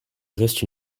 reste